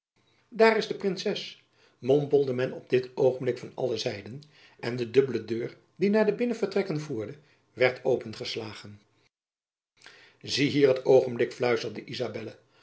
daar is de princes mompelde men op dit oogenblik van alle zijden en de dubbele deur die naar de binnenvertrekken voerde werd opengeslagen zie hier het oogenblik fluisterde izabella